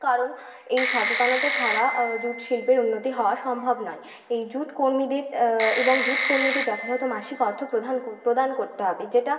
কারণ এই সচেতনতা ছাড়া জুট শিল্পের উন্নতি হওয়া সম্ভব নয় এই জুট কর্মীদের এবং জুট কর্মীদের যথাযথ মাসিক অর্থ প্রধান প্রদান করতে হবে যেটা